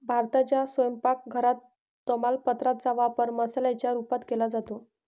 भारताच्या स्वयंपाक घरात तमालपत्रा चा वापर मसाल्याच्या रूपात केला जातो